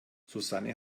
susanne